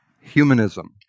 humanism